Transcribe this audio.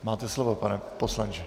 Máte slovo, pane poslanče.